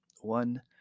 one